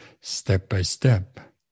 step-by-step